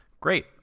Great